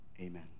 amen